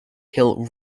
hill